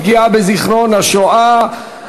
פגיעה בזיכרון השואה),